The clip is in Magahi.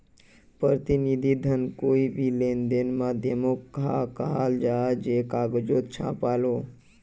प्रतिनिधि धन कोए भी लेंदेनेर माध्यामोक कहाल जाहा जे कगजोत छापाल हो